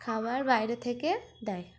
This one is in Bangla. খাবার বাইরে থেকে দেয়